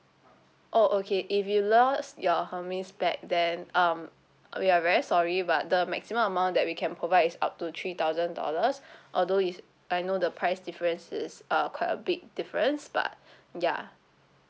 oh okay if you lost your hermes bag then um we are very sorry but the maximum amount that we can provide is up to three thousand dollars although is I know the price difference is uh quite a big difference but ya